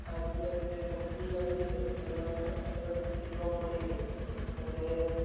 આજુબાજુ જે કંપની આવેલી છે તો તેમાં સરળતાથી જોબ મળી રહે અને